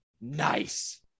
Nice